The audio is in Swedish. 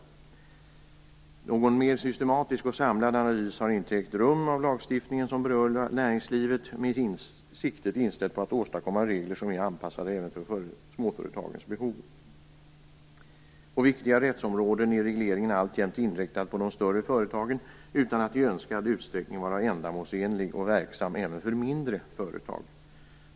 Det har inte gjorts någon mer systematisk och samlad analys av den lagstiftning som berör näringslivet, med siktet inställt på att åstadkomma regler som är avpassade även för småföretagens behov. På viktiga rättsområden är regleringen alltjämt inriktad på de större företagen utan att, i önskad utsträckning, vara ändamålsenlig och verksam även för mindre företag.